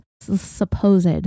supposed